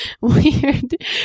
weird